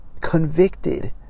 convicted